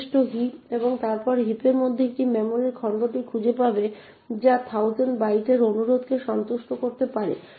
সংশ্লিষ্ট হিপ এবং তারপরে হিপের মধ্যে এটি মেমরির খণ্ডটি খুঁজে পাবে যা 1000 বাইট অনুরোধকে সন্তুষ্ট করতে পারে